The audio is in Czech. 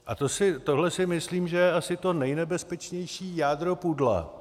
A tohle si myslím, že je asi to nejnebezpečnější jádro pudla.